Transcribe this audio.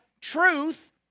truth